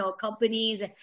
companies